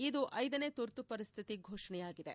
ಇದು ಐದನೇ ತುರ್ತು ಪರಿಸ್ಥಿತಿ ಫೋಷಣೆಯಾಗಿದೆ